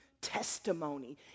testimony